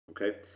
okay